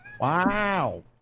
wow